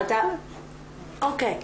אוקיי,